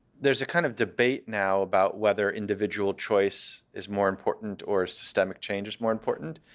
there's a kind of debate now about whether individual choice is more important or systemic change is more important,